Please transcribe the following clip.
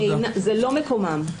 זה לא מקומם.